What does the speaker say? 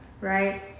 right